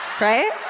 Right